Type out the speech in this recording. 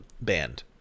band